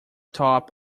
top